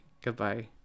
goodbye